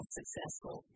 successful